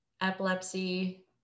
epilepsy